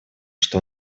что